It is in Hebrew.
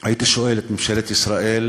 הייתי שואל את ממשלת ישראל,